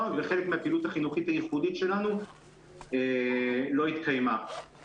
וחלק מהפעילות החינוכית הייחודית שלנו לא התקיימה.